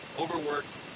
overworked